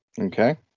Okay